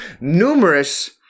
numerous